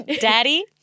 Daddy